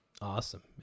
Awesome